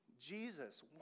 Jesus